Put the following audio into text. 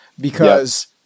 because-